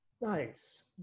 nice